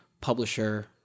publisher